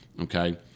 okay